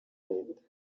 leta